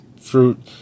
fruit